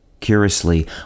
Curiously